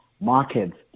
Markets